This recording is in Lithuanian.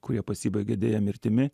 kurie pasibaigė deja mirtimi